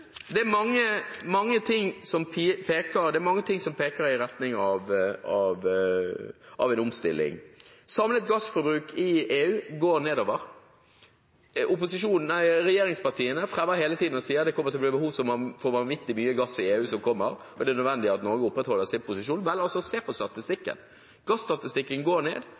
Det er mange ting som peker i retning av en omstilling. Samlet gassforbruk i EU går nedover. Regjeringspartiene er fremme hele tiden og sier det kommer til å bli behov for vanvittig mye gass i EU i tiden som kommer, og at det er nødvendig at Norge opprettholder sin posisjon. Vel, se på statistikken – gassforbruket går ned